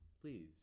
Please